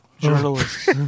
journalists